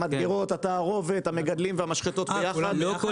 המדגרות, התערובת, המגדלים והמשחטות ביחד?